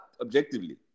objectively